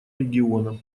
региона